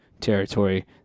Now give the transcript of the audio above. territory